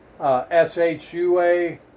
S-H-U-A